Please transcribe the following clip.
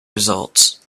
results